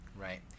right